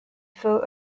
foe